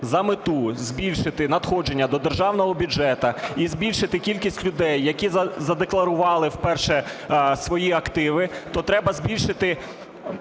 за мету збільшити надходження до державного бюджету і збільшити кількість людей, які задекларували вперше свої активи, то треба збільшити